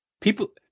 people